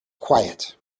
quiet